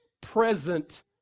present